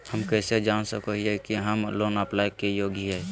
हम कइसे जान सको हियै कि हम लोन अप्लाई के योग्य हियै?